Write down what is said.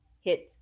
hits